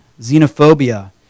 xenophobia